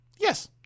Yes